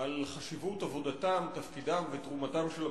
על חשיבות עבודתם, תפקידם ותרומתם של הפרקליטים.